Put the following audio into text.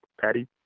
patty